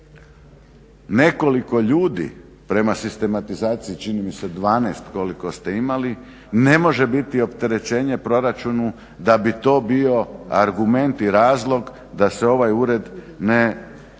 nekoliko ljudi prema sistematizaciji, čini mi se 12 koliko ste imali, ne može biti opterećenje proračunu da bi to bio argument i razlog da se ovaj ured